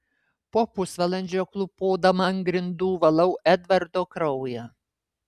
po pusvalandžio klūpodama ant grindų valau edvardo kraują